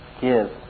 give